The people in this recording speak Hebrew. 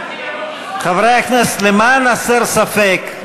חברי הכנסת, למען הסר ספק,